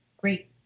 great